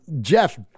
Jeff